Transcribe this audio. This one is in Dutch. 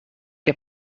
heb